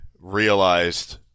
realized